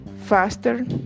faster